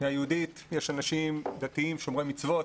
יש אנשים דתיים שומרי מצוות,